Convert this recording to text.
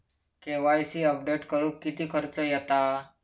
KYC update करुक किती खर्च येता?